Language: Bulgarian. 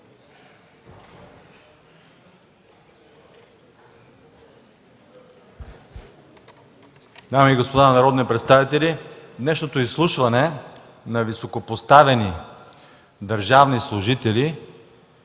Дами и господа народни представители, днешното изслушване на високопоставени държавни служители